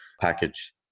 package